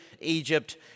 Egypt